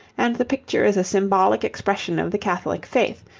and the picture is a symbolic expression of the catholic faith,